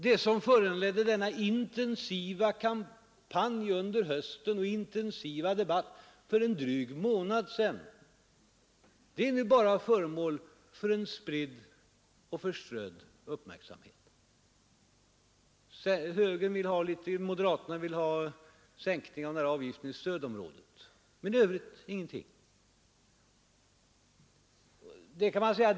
Det som föranledde denna intensiva kampanj under hösten och denna livliga debatt för en dryg månad sedan är nu bara föremål för en spridd och förströdd uppmärksamhet Moderaterna vill ha en säkning av arbetsgivaravgiften i stödområdet, men i övrigt har ingenting sagts.